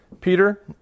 Peter